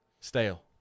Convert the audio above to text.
Stale